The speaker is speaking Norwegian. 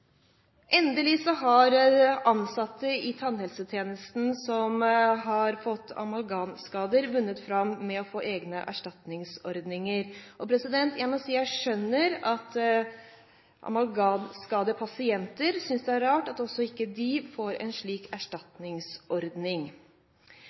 Endelig har ansatte i tannhelsetjenesten som har fått amalgamskader, vunnet fram med å få egne erstatningsordninger. Jeg må si jeg skjønner at amalgamskadde pasienter synes det er rart at ikke også de får en slik